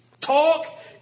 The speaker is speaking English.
Talk